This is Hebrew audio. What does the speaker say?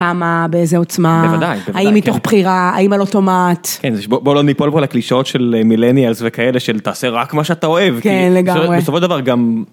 כמה? באיזו עוצמה? האם מתוך בחירה, האם על אוטומט? כן, בוא לא ניפול פה לקלישאות של מילניאלס וכאלה, של תעשה רק מה שאתה אוהב. כן, לגמרי. בסופו של דבר גם...